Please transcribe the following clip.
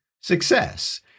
success